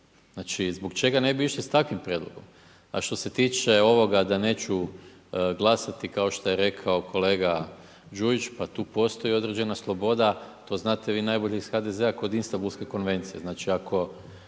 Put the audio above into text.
Znači, zbog čega ne bi išli s takvim prijedlogom. A što se tiče ovoga da neću glasati kao što je rekao kolega Đuić, pa tu postoji određena sloboda, to znate vi najbolje iz HDZ-a kod Istanbulske konvencije. Znači ako